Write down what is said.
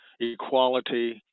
equality